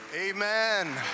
Amen